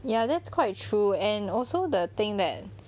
ya that's quite true and also the thing that